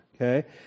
okay